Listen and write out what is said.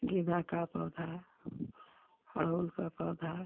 गेंदा का पौधा अड़हुल का पौधा